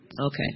Okay